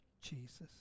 Jesus